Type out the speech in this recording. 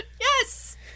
yes